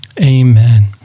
Amen